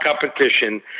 competition